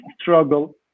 struggle